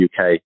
UK